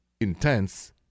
intense